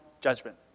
judgment